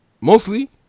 Mostly